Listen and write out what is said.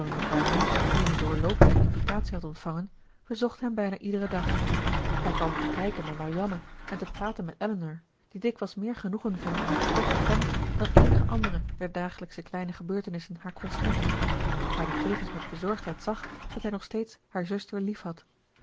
die een doorloopende invitatie had ontvangen bezocht hen bijna iederen dag hij kwam om te kijken naar marianne en te praten met elinor die dikwijls meer genoegen vond in een gesprek met hem dan eenige andere der dagelijksche kleine gebeurtenissen haar kon schenken maar die tevens met bezorgdheid zag dat hij nog steeds haar zuster liefhad